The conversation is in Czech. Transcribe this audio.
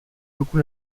ruku